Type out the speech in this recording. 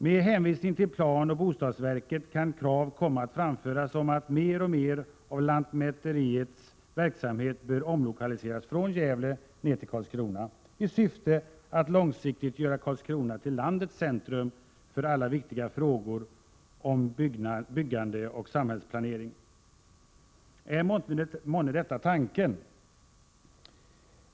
Med hänvisning till planoch bostadsverket kan krav komma att ställas på att mer och mer av lantmäteriets verksamhet skall omlokaliseras från Gävle till Karlskrona i syfte att långsiktigt göra Karlskrona till landets centrum för alla viktiga frågor om byggande och samhällsplanering. Är månne detta tanken?